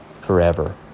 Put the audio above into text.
forever